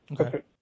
Okay